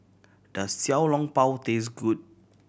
does Xiao Long Bao taste good